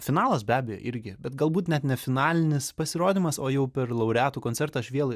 finalas be abejo irgi bet galbūt net ne finalinis pasirodymas o jau per laureatų koncertą aš vėl